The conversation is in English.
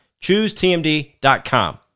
ChooseTMD.com